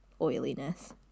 oiliness